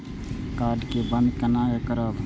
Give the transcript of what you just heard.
Card के बन्द केना करब?